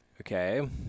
okay